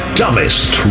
dumbest